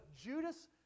Judas